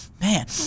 man